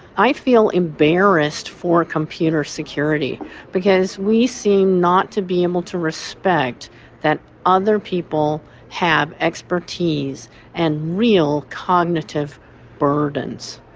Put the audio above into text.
i feel embarrassed for computer security because we seem not to be able to respect that other people have expertise and real cognitive burdens.